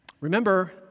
Remember